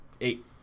eight